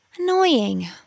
Annoying